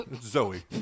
Zoe